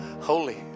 holy